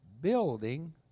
building